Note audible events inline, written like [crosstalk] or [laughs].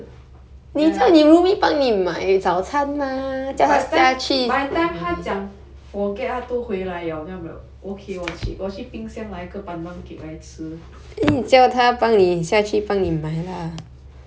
[laughs] 有吃 by the time by the time 她讲 forget 她都回来 liao then 我 okay 我去冰箱拿一个 pandan cake 来吃